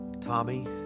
Tommy